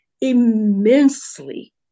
immensely